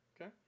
Okay